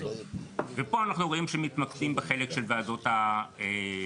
ופה אנחנו רואים שמתמקדים בחלק של ועדות התכנון.